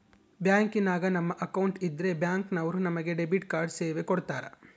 ಬ್ಯಾಂಕಿನಾಗ ನಮ್ಮ ಅಕೌಂಟ್ ಇದ್ರೆ ಬ್ಯಾಂಕ್ ನವರು ನಮಗೆ ಡೆಬಿಟ್ ಕಾರ್ಡ್ ಸೇವೆ ಕೊಡ್ತರ